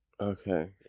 Okay